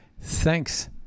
thanks